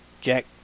Jack